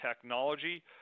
technology